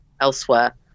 elsewhere